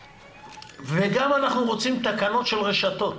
וגם אנחנו מוצאים תקנות של רשתות,